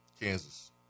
Kansas